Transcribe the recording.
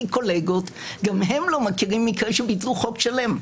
קולגות וגם הם לא מכירים מקרה שביטלו חוק שלם.